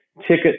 ticket